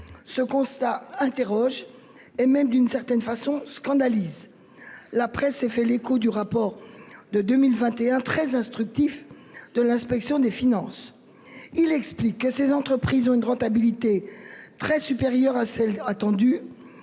ce constat interroge et même, d'une certaine façon, scandalise. La presse s'est ainsi fait l'écho d'un rapport de 2021 très instructif de l'inspection générale des finances. Il explique que ces entreprises ont une rentabilité très supérieure à celle qui